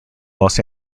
los